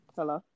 Hello